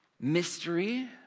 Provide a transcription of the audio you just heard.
mystery